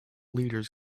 leaders